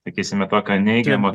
sakysime tokio neigiamo